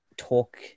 talk